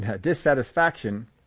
dissatisfaction